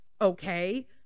okay